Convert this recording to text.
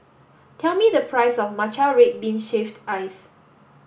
tell me the price of Matcha Red Bean Shaved Ice